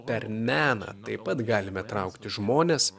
per meną taip pat galime traukti žmones